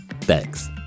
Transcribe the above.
thanks